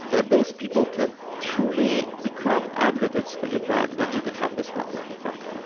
that those people can truly become advocates for your brand, then you can have this network effect.